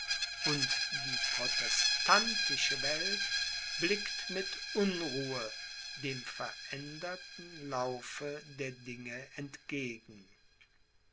und die protestantische welt blickt mit unruhe dem veränderten laufe der dinge entgegen